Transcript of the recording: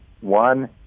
One